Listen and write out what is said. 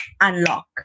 unlock